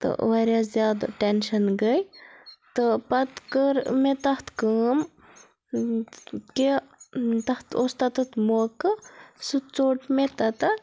تہٕ واریاہ زیادٕ ٹیٚنشَن گٔے تہٕ پَتہٕ کٔر مےٚ تَتھ کٲم کہِ تَتھ اوس تَتیٚتھ موقعہٕ سُہ ژوٚٹ مےٚ تَتیٚتھ